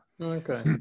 Okay